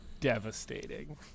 devastating